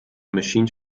machine